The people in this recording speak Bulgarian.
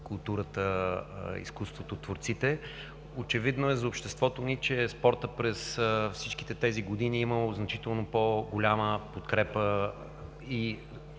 културата, изкуството, творците, очевидно е за обществото ни, че спортът през всичките тези години е имал значително по-голяма подкрепа и